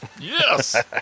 Yes